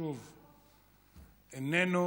שוב איננו.